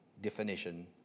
definition